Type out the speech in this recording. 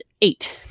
eight